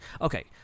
Okay